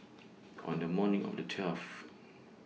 on The morning of The twelfth